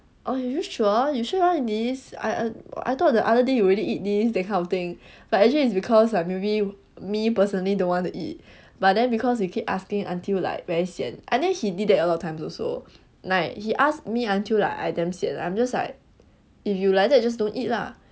oh are you sure you sure you want eat this I I thought the other day you already eat this that kind of thing but actually it's because like maybe me personally don't want to eat but then because you keep asking until like very sian I think he did that a lot of times also like he asked me until like I damn sian I'm just like if you like that just don't eat lah